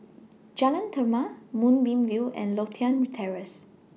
Jalan Chermai Moonbeam View and Lothian Terrace